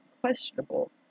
questionable